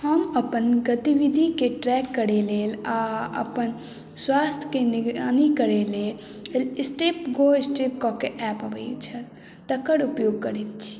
हम अपन गतिविधिके ट्रैक करैके लेल आओर अपन स्वास्थकेँ निगरानी करै लेल स्टेप गो स्टेप कऽके ऐप अबै छै तकर उपयोग करैत छी